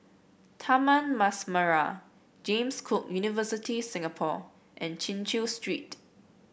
Taman Mas Merah James Cook University Singapore and Chin Chew Street